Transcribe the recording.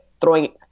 throwing